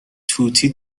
توتی